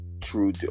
True